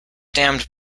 damned